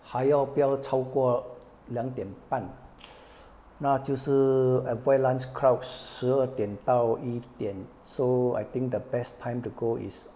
还要不要超过两点半那就是 avoid lunch crowds 十二点到一点 so I think the best time to go is